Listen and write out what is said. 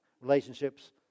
Relationships